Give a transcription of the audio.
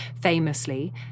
Famously